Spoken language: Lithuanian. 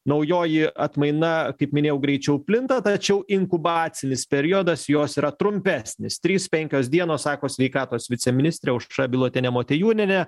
naujoji atmaina kaip minėjau greičiau plinta tačiau inkubacinis periodas jos yra trumpesnis trys penkios dienos sako sveikatos viceministrė aušra bilotienė motiejūnienė